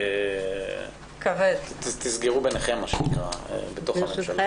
תסגרו ביניכם בתוך הממשלה.